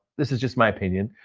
this is just my opinion.